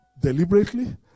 deliberately